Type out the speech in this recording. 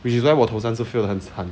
which is why 我头三次 fail 的很惨